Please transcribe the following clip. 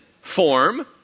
form